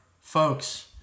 folks